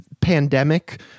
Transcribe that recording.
pandemic